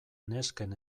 nesken